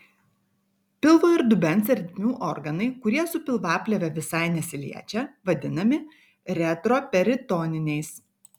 pilvo ir dubens ertmių organai kurie su pilvaplėve visai nesiliečia vadinami retroperitoniniais